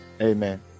Amen